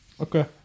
Okay